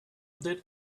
did